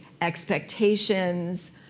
expectations